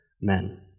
men